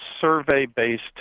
survey-based